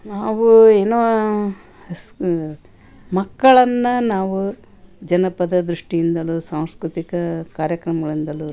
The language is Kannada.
ನಾವು ಏನೋ ಸ್ ಮಕ್ಕಳನ್ನು ನಾವು ಜನಪದ ದೃಷ್ಟಿಯಿಂದಲೂ ಸಾಂಸ್ಕೃತಿಕ ಕಾರ್ಯಕ್ರಮಗಳಿಂದಲೂ